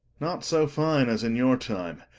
not so fine as in your time.